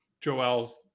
Joel's